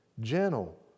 gentle